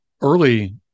early